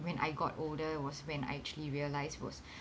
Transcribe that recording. when I got older was when I actually realise was